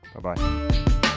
Bye-bye